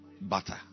butter